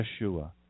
Yeshua